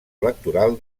electoral